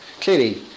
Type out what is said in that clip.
clearly